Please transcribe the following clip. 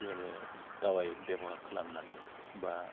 जेरै दावाइ बेबहार खालामनानै बा